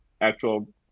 actual